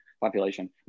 population